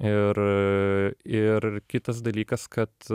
ir ir kitas dalykas kad